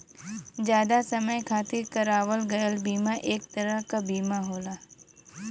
जादा समय खातिर करावल गयल बीमा एक तरह क बीमा होला